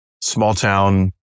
small-town